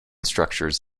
structures